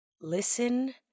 listen